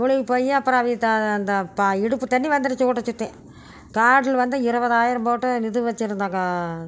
முழ்கி போய் அப்புறம் அவங்க இடுப்பு தண்ணி வந்துடுச்சி வீட்ட சுற்றி காட்டில் வந்து இருபதாயிரம் போட்டு இந்த இது வச்சுருந்தங்க